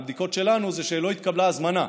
ומהבדיקות שלנו שלא התקבלה הזמנה.